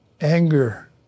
anger